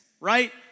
right